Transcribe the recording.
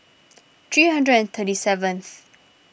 three hundred and thirty seventh